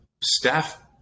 staff